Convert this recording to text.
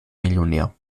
millionär